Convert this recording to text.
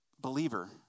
Believer